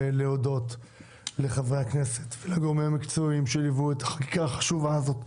ולהודות לחברי הכנסת ולגורמים המקצועיים שליוו את החקיקה החשובה הזאת,